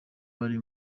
bari